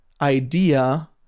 idea